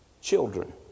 children